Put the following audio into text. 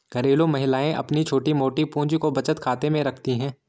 घरेलू महिलाएं अपनी छोटी मोटी पूंजी को बचत खाते में रखती है